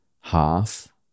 half